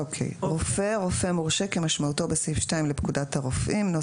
""רופא" רופא מורשה כמשמעותו בסעיף 2 לפקודת הרופאים ,